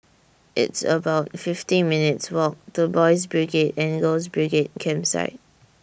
It's about fifty minutes' Walk to Boys' Brigade and Girls' Brigade Campsite